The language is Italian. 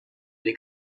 dei